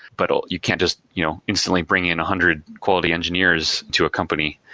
but ah you can't just you instantly bring in a hundred quality engineers to accompany.